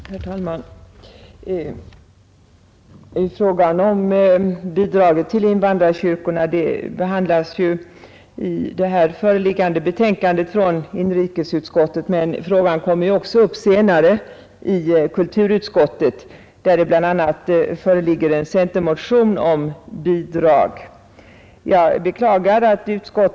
Herr talman! Frågan om bidrag till invandrarkyrkorna behandlas i det föreliggande betänkandet från inrikesutskottet, men frågan kommer senare att tas upp även i kulturutskottet, där det bl.a. föreligger en centermotion om bidrag till dessa invandrarkyrkor.